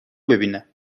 ببینم